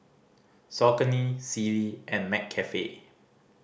Saucony Sealy and McCafe